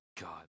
God